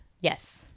yes